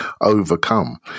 overcome